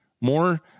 more